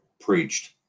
preached